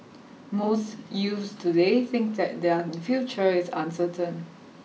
most youths today think that their future is uncertain